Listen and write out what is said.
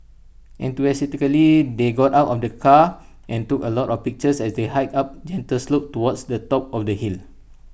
enthusiastically they got out of the car and took A lot of pictures as they hiked up A gentle slope towards the top of the hill